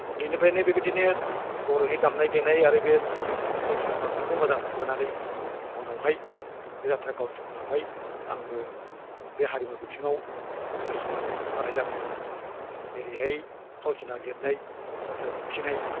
उन्दैनिफ्रायनो बेबायदिनो बर'नि दामनाय देनाय आरो बे फावथिना खालामनायखौ मोजां मोनबोनानै उनावहाय बे जाथ्रा गाननि उनावहाय आंबो बे हारिमु बिथिङाव गोसो होनाय जादोंमोन जेरैहाय फावथिना लिरनाय बा फावथिना दिनथिनाय